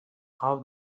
how